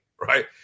right